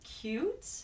cute